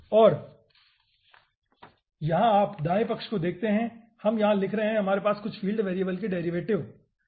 और यहाँ आप दाएं पक्ष को देखते हैं हम यहाँ लिख रहे हैं कि हमारे पास कुछ फ़ील्ड वेरिएबल के डेरिवेटिव हैं